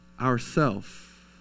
ourself